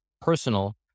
personal